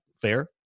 fair